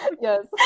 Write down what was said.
yes